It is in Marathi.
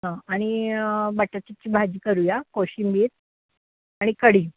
हं आणि बटाट्याची भाजी करूया कोशिंबीर आणि कढी